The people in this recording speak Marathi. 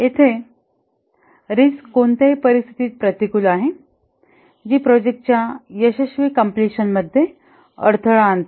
येथे रिस्क कोणत्याही परिस्थितीत प्रतिकूल आहे जी प्रोजेक्टच्या यशस्वी कम्प्लिशनमध्ये अडथळा आणते